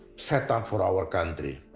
set up for our country,